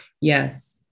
yes